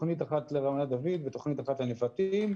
תוכנית אחת לרמת דוד ותוכנית אחת לנבטים.